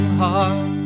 heart